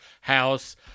house